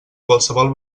qualsevol